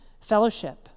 fellowship